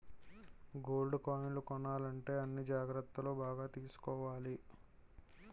gold కాయిన్లు కొనాలంటే అన్ని జాగ్రత్తలు బాగా తీసుకోవాలి